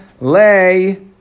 lay